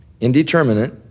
indeterminate